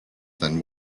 than